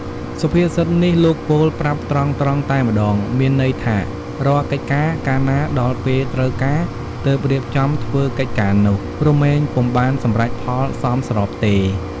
សុភាសិននេះលោកពោលប្រាប់ត្រង់ៗតែម្ដងមានន័យថារាល់កិច្ចការ កាលណាដល់ពេលត្រូវការ ទើបរៀបចំធ្វើកិច្ចការនោះ រមែងពុំបានសម្រេចផលសមស្របទេ ។